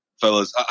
fellas